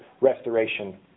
restoration